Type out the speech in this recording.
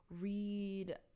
read